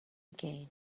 again